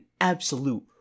absolute